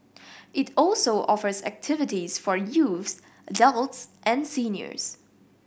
it also offers activities for youths adults and seniors